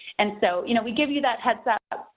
and so you know we give you that heads up,